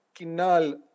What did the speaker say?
Kinal